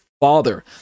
Father